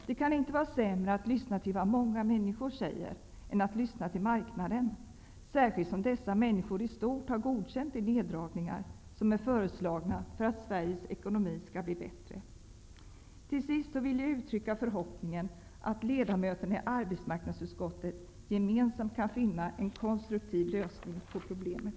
Det kan inte vara sämre att lyssna till vad många människor säger än att lyssna till marknaden, särskilt som dessa människor i stort har godkänt neddragningar som var föreslagna för att Sveriges ekonomi skall bli bättre. Till sist vill jag utrycka förhoppningen att ledamöterna i arbetsmarknadsutskottet gemensamt kan finna en konstruktiv lösning på problemet.